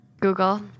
Google